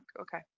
okay